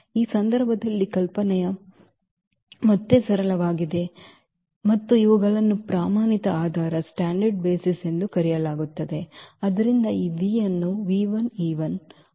ಈ ಸಂದರ್ಭದಲ್ಲಿ ಕಲ್ಪನೆಯು ಮತ್ತೆ ಸರಳವಾಗಿದೆ ಮತ್ತು ಇವುಗಳನ್ನು ಪ್ರಮಾಣಿತ ಆಧಾರ ಎಂದು ಕರೆಯಲಾಗುತ್ತದೆ